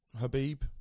Habib